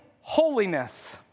holiness